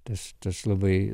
tas tas labai